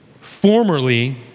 Formerly